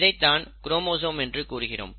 இதை தான் குரோமோசோம் என்று கூறுகிறோம்